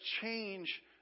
change